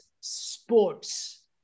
sports